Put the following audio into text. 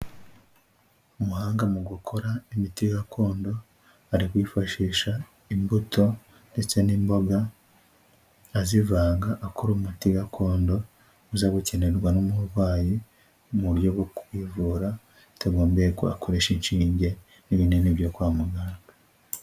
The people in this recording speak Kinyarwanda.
Umuhanga mu gukora imiti gakondo, ari kwifashisha imbuto ndetse n'imboga, azivanga akora umuti gakondo, uza gukenerwa n'umurwayi mu buryo bwo kwivura, bitagombeye ko akoresha inshinge n'ibinini byo kwa muganga.